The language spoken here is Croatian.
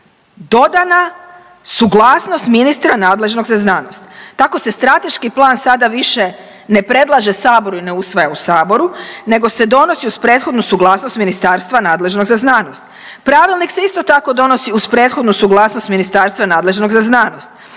dodana suglasnost ministra nadležnog za znanost. Tako se strateški plan sada više ne predlaže saboru i ne usvaja u saboru nego se donosi uz prethodnu suglasnost ministarstva nadležnog za znanost. Pravilnik se isto tako donosi uz prethodnu suglasnost ministarstva nadležnog za znanost.